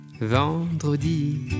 vendredi